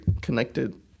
connected